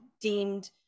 deemed